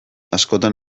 askotan